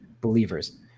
believers